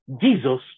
Jesus